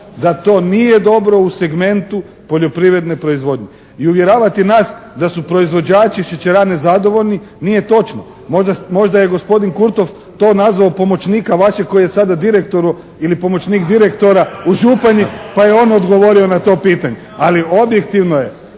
da to nije dobro u segmentu poljoprivredne proizvodnje. I uvjeravati nas da su proizvođači šećerane zadovoljni nije točno. Možda je gospodin Kurtov to nazvao pomoćnika vašeg koji je sada direktor ili pomoćnik direktora u Županji, pa je on odgovorio na to pitanje. Ali objektivno je